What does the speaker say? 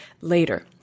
later